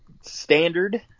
standard